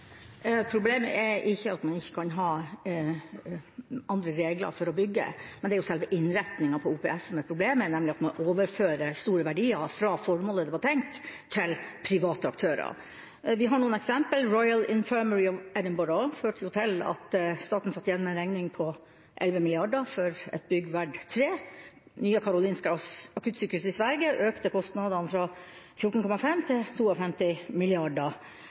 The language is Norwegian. Problemet er ikke at man ikke kan ha andre regler for å bygge, men det er selve innretningen på OPS som er problemet, nemlig at man overfører store verdier fra formålet det var tiltenkt, til private aktører. Vi har noen eksempler: Royal Infirmary of Edinburgh førte til at staten satt igjen med en regning på 11 mrd. kr for et bygg verdt 3 mrd. kr. Nya Karolinska akuttsykehus i Sverige økte kostnadene fra 14,5 mrd. svenske kroner til